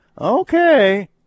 okay